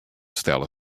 stelle